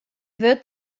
wurd